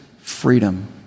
freedom